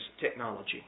technology